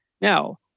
Now